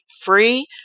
free